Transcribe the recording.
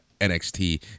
nxt